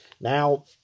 Now